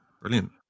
brilliant